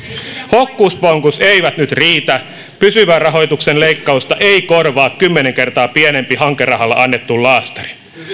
hokkuspokkustemput eivät nyt riitä pysyvän rahoituksen leikkausta ei korvaa kymmenen kertaa pienempi hankerahalla annettu laastari